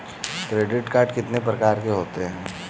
Credit card कितने प्रकार के होते हैं?